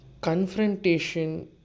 Confrontation